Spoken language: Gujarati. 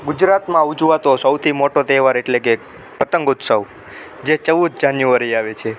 ગુજરાતમાં ઉજવાતો સૌથી મોટો તેહવાર એટલે કે પતંગોત્સવ જે ચૌદ જાન્યુઆરીએ આવે છે